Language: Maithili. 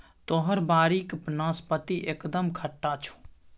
तोहर बाड़ीक नाशपाती एकदम खट्टा छौ